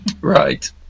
Right